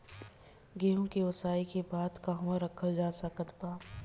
गेहूँ के ओसाई के बाद कहवा रखल जा सकत बा?